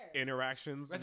interactions